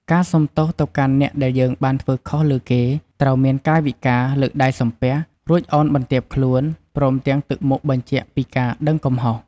ការសូមទោសទៅកាន់អ្នកដែលយើងបានធ្វើខុសលើគេ ត្រូវមានកាយវិការ លើកដៃសំពះ រួចឱនបន្ទាបខ្លួន ព្រមទាំងទឹកមុខបញ្ជាក់ពីការដឹងកំហុស។